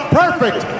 perfect